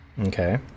Okay